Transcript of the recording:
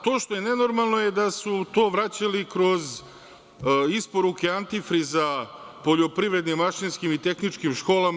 To što je nenormalno je to da su vraćali kroz isporuke antifriza poljoprivrednim, mašinskim i tehničkim školama.